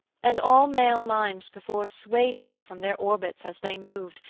and all male minds perforce swayed to her from their orbits as they moved,